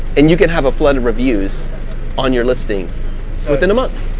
and you can have a flood of reviews on your listing within a month,